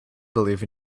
believe